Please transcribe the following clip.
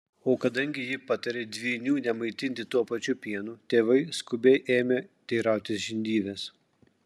o kadangi ji patarė dvynių nemaitinti tuo pačiu pienu tėvai skubiai ėmė teirautis žindyvės